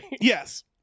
Yes